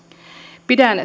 pidän